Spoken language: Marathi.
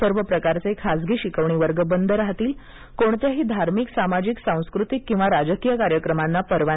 सर्व प्रकारचे खासगी शिकवणी वर्ग बंद राहतील कोणत्याही धार्मिक सामाजिक सांस्कृतिक किंवा राजकीय कार्यक्रमांना परवानगी देण्यात येणार नाही